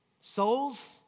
Souls